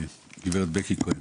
גברת בקי כהן.